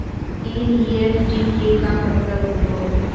NEFT के का मतलव होव हई?